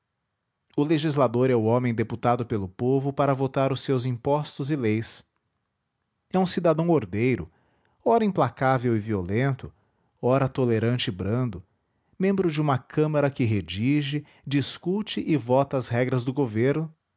o legislador é o homem deputado pelo povo para votar os seus impostos e leis é um cidadão ordeiro ora implacável e violento ora tolerante e brando membro de uma câmara que redige discute e vota as regras do governo